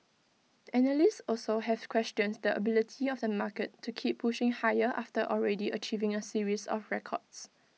analysts also have questioned the ability of the market to keep pushing higher after already achieving A series of records